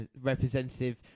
representative